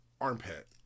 armpit